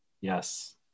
Yes